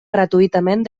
gratuïtament